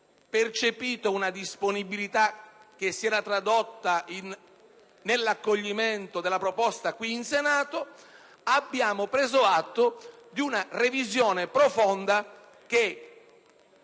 percepito una disponibilità, che si era tradotta nell'accoglimento della proposta in Senato; abbiamo preso atto di una revisione profonda